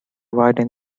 widen